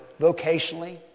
vocationally